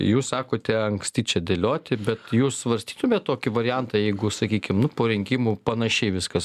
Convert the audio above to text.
jūs sakote anksti čia dėlioti bet jūs svarstytumėt tokį variantą jeigu sakykim nu po rinkimų panašiai viskas